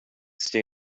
stay